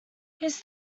his